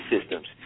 systems